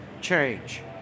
change